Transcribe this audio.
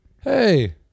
hey